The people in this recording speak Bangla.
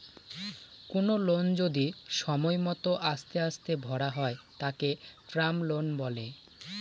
কোনো লোন যদি সময় মত আস্তে আস্তে ভরা হয় তাকে টার্ম লোন বলে